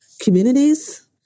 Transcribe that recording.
communities